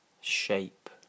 shape